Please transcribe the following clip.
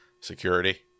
security